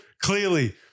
Clearly